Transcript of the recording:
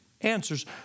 answers